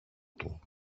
του